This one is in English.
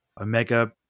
Omega